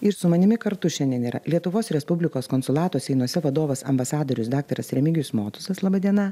ir su manimi kartu šiandien yra lietuvos respublikos konsulato seinuose vadovas ambasadorius daktaras remigijus motuzas laba diena